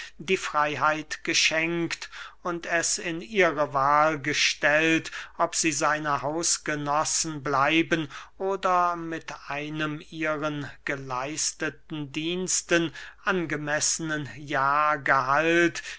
die freyheit geschenkt und es in ihre wahl gestellt ob sie seine hausgenossen bleiben oder mit einem ihren geleisteten diensten angemessenen